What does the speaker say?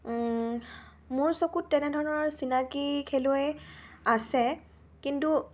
মোৰ চকুত তেনেধৰণৰ চিনাকি খেলুৱৈ আছে কিন্তু